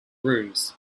rooms